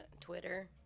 Twitter